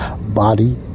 Body